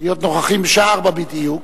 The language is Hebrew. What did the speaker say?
להיות נוכחים בשעה 16:00 בדיוק,